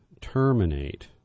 terminate